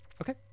Okay